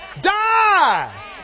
Die